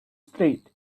street